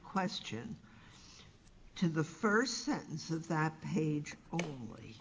question to the st sentence of that page only